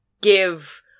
give